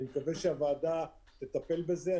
אני מקווה שהוועדה תטפל בזה.